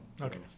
Okay